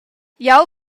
jeu